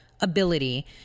ability